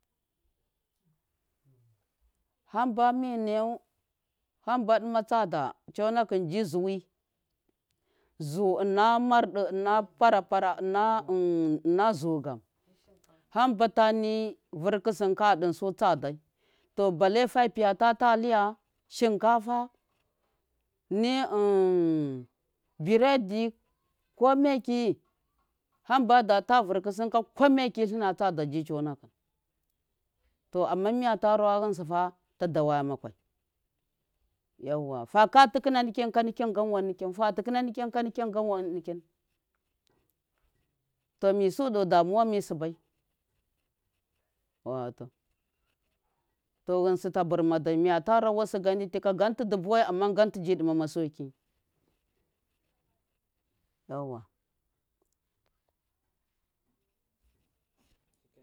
Hamba mi nayau hamba ɗɨma tsada conakɨn ji zuwɨ, zu ɨna marɗɨ ɨna para para na ɨna zugam hambata ni vɨrkɨsɨn ka a ɗɨn su tsadai to balle fa piyata taliya shinkɨsɨ fa ni burodɨ kome kiyi hamba da ta vɨrkhusim ka kome ki tlɨna tsada ji conakɨm to ama miya ta rawa ghɨnsɨ fa ta dawayama kwai, yauwa, faka tɨkɨna nikin ka gan wan nikin, fa tɨkɨna nikin ka gan wan nikin, to misu ɗe damuwa mi sɨbai, wato, to ghɨnsɨ ta bɨrma miyata rawusɨ gan ndɨ tika gan ti dɨ buwai ama gan tiji ɗɨmma sauki yauwa.